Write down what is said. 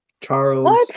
Charles